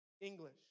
English